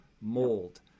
mold